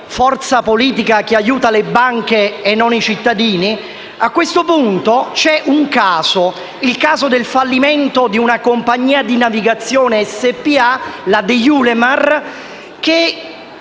forza politica che aiuta le banche e non i cittadini. A questo punto penso al caso del fallimento della compagnia di navigazione Deiulemar